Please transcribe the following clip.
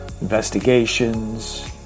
investigations